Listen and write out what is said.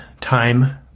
time